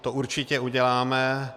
To určitě uděláme.